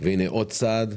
והנה עוד צעד.